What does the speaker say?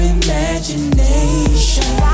imagination